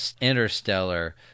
interstellar